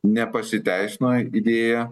nepasiteisino idėja